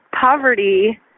poverty